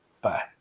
Bye